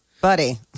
buddy